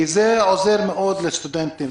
כי זה עוזר מאוד לסטודנטים.